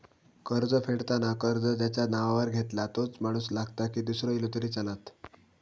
कर्ज फेडताना कर्ज ज्याच्या नावावर घेतला तोच माणूस लागता की दूसरो इलो तरी चलात?